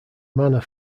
manor